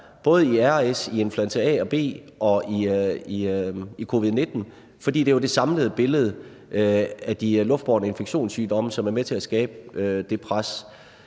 til RS-virus, influenza A og B og covid-19. For det er jo det samlede billede af de luftbårne infektionssygdomme, som er med til at skabe det pres,